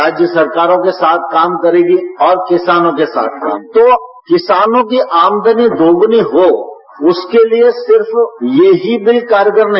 राज्यों सरकारों के साथ काम करेगी और किसानों के साथ काम करेगी तो किसानों की आमदनी दोगृनी हो उसके लिए सिर्फ ये ही बिल कारगर नहीं